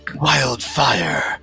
Wildfire